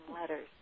letters